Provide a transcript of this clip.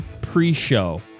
pre-show